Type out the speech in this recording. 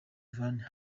van